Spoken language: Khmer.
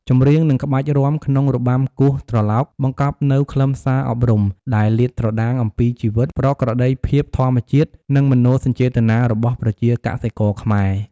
ចម្រៀង និងក្បាច់រាំក្នុងរបាំគោះត្រឡោកបង្កប់នូវខ្លឹមសារអប់រំ ដែលលាតត្រដាងអំពីជីវិត ប្រក្រតីភាពធម្មជាតិ និងមនោសញ្ចេតនារបស់ប្រជាកសិករខ្មែរ។